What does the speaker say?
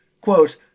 quote